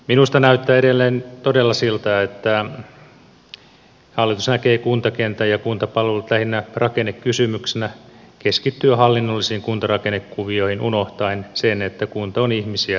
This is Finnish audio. minusta näyttää edelleen todella siltä että hallitus näkee kuntakentän ja kuntapalvelut lähinnä rakennekysymyksinä keskittyy hallinnollisiin kuntarakennekuvioihin unohtaen sen että kunta on ihmisiä asukkaitaan varten